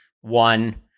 one